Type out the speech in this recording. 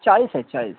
चाळीस आहे चाळीस